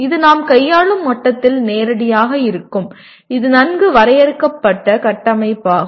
இது நாம் கையாளும் மட்டத்தில் நேரடியாக இருக்கும் இது நன்கு வரையறுக்கப்பட்ட கட்டமைப்பாகும்